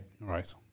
Right